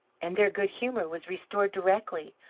and their good-humour was restored directly.